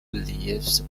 believes